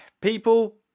people